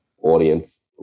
audience